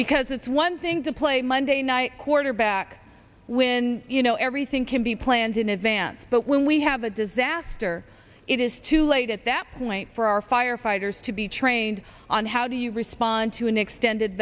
because it's one thing to play monday night quarterback when you know everything can be planned in advance but when we have a disaster it is too late at that point for our firefighters to be trained on how do you respond to an extended